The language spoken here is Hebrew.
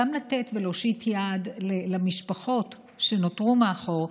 גם לתת ולהושיט יד למשפחות שנותרו מאחור,